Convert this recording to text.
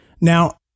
Now